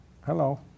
Hello